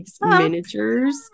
miniatures